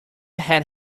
had